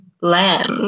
land